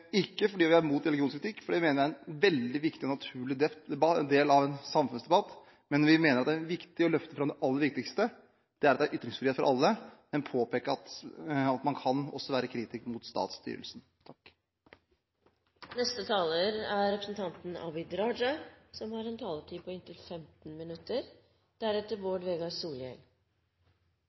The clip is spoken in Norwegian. ikke fordi vi er imot religionskritikk, for det mener jeg er en veldig viktig naturlig del av en samfunnsdebatt, men vi mener at det er viktig å løfte fram det aller viktigste, ytringsfrihet for alle, men påpeke at man også kan være kritisk mot statsstyrelsen. Ut fra replikkordskiftet, særlig mellom meg og representanten Kolberg, kan man få inntrykk av at vi nærmest er i en